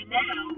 now